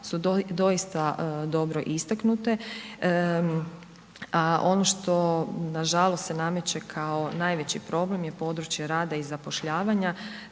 su odista dobro istaknute, a ono što nažalost se nameće kao najveći problem u području rada i zapošljavanja